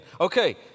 Okay